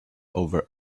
over